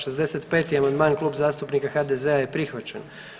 65. amandman Klub zastupnika HDZ-a je prihvaćen.